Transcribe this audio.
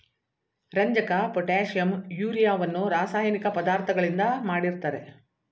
ರಂಜಕ, ಪೊಟ್ಯಾಷಿಂ, ಯೂರಿಯವನ್ನು ರಾಸಾಯನಿಕ ಪದಾರ್ಥಗಳಿಂದ ಮಾಡಿರ್ತರೆ